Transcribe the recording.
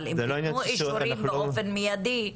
אבל אם תיתנו אישורים באופן מיידי,